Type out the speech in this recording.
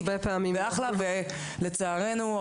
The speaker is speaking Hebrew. ולצערנו,